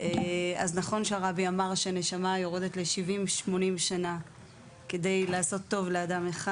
אז נכון שהרבי שנשמה יורדת ל-70-80 שנה כדי לעשות טוב לאדם אחד.